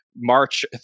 march